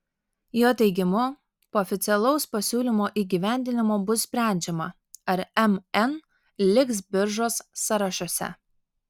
jo teigimu po oficialaus pasiūlymo įgyvendinimo bus sprendžiama ar mn liks biržos sąrašuose